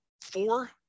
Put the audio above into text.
four